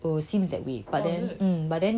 it would seem that way but then but then 就